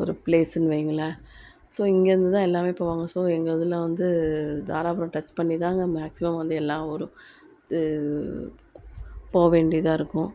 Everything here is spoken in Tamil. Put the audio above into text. ஒரு பிளேஸ்ஸுன்னு வைங்களேன் ஸோ இங்கேருந்துதான் எல்லாமே போவாங்க ஸோ எங்கள் இதுல வந்து தாராபுரம் டெக்ஸ் பண்ணிதாங்க மேக்ஸிமம் வந்து எல்லா ஊரும் இது போக வேண்டிதாக இருக்கும்